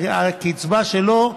הקצבה שלו,